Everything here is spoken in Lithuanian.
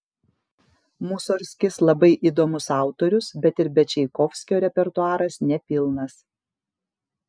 musorgskis labai įdomus autorius bet ir be čaikovskio repertuaras nepilnas